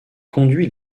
conduit